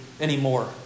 anymore